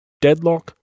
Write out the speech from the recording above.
Deadlock